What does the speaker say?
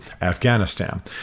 Afghanistan